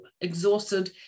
exhausted